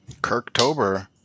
Kirktober